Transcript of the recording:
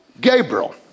Gabriel